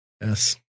yes